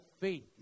faith